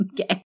Okay